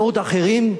בעוד אחרים,